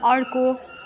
अर्को